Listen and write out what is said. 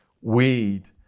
weed